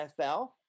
NFL